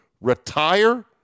retire